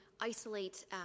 isolate